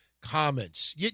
comments